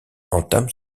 entame